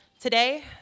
Today